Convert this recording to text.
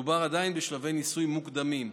מדובר עדיין בשלבי ניסוי מוקדמים.